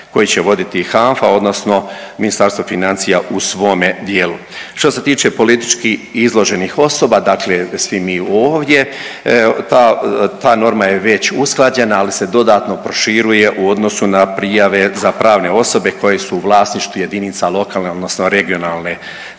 koji će voditi HANFA odnosno Ministarstvo financija u svome dijelu. Što se tiče politički izloženih osoba, dakle svi mi ovdje ta norma je već usklađena ali se dodatno proširuje u odnosu na prijave za pravne osobe koje su u vlasništvu jedinica lokalne, odnosno regionalne